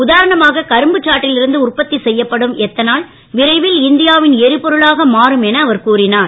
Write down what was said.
உதாரணமாக கரும்புச் சாற்றில் இருந்து உற்பத்தி செய்யப்படும் எத்தனால் விரைவில் இந்தியாவின் எரிபொருளாக மாறும் என அவர் கூறினார்